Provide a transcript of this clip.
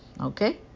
Okay